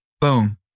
boom